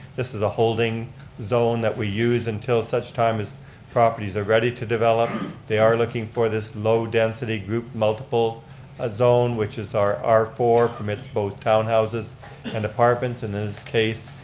this is a holding zone that we use until such time as properties are ready to develop. they are looking for this low-density group multiple ah zone which is r r four, permits both townhouses and apartments. in his case,